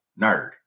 nerd